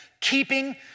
keeping